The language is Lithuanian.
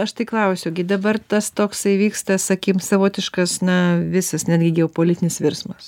aš tai klausiu gi dabar tas toksai vyksta sakym savotiškas na visas netgi geopolitinis virsmas